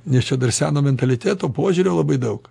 nes čia dar seno mentaliteto požiūrio labai daug